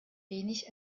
wenig